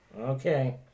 Okay